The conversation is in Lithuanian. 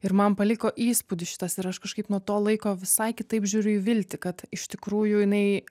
ir man paliko įspūdį šitas ir aš kažkaip nuo to laiko visai kitaip žiūriu į viltį kad iš tikrųjų jinai